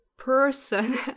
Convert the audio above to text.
person